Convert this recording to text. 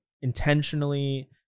intentionally